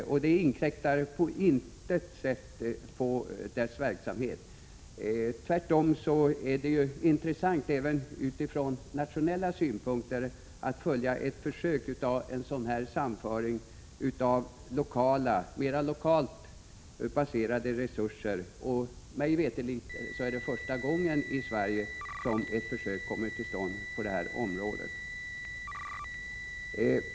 Det inkräktar på intet sätt på deras verksamhet. Tvärtom är det även från nationella synpunkter intressant att följa ett försök med en sammanföring av mera lokalt baserade resurser. Mig veterligt är det första gången i Sverige som ett sådant försök i så fall kommer till stånd.